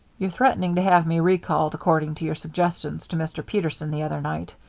you're threatening to have me recalled, according to your suggestions to mr. peterson the other night.